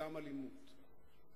גם אלימות.